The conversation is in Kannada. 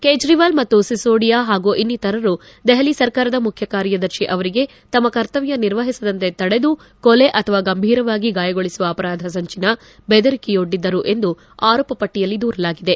ಕೇಜ್ರವಾಲ್ ಮತ್ತು ಸಿಸೋಡಿಯಾ ಹಾಗೂ ಇನ್ನಿತರರು ದೆಹಲಿ ಸರ್ಕಾರದ ಮುಖ್ಯಕಾರ್ಯದರ್ಶಿ ಅವರಿಗೆ ತಮ್ಮ ಕರ್ತವ್ಯ ನಿರ್ವಹಿಸದಂತೆ ತಡೆದು ಕೊಲೆ ಅಥವಾ ಗಂಭೀರವಾಗಿ ಗಾಯಗೊಳಿಸುವ ಅಪರಾಧ ಸಂಚನ ಬೆದರಿಕೆಯೊಡ್ಡಿದ್ದರು ಎಂದು ಆರೋಪ ಪಟ್ಟಿಯಲ್ಲಿ ದೂರಲಾಗಿದೆ